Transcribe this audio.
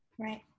Right